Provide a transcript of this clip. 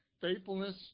faithfulness